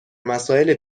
مسائل